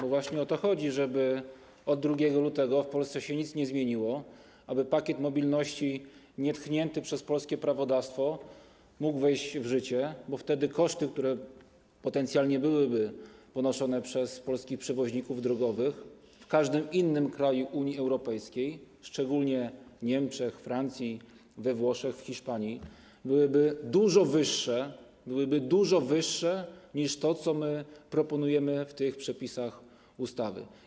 Bo właśnie o to chodzi, żeby od 2 lutego w Polsce nic się nie zmieniło, aby Pakiet Mobilności nietknięty przez polskie prawodawstwo mógł wejść w życie, bo wtedy koszty, które potencjalnie byłyby ponoszone przez polskich przewoźników drogowych w każdym innym kraju Unii Europejskiej, szczególnie w Niemczech, we Francji, we Włoszech, w Hiszpanii, byłyby dużo wyższe niż to, co my proponujemy w przepisach ustawy.